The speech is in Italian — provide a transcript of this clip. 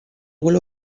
quello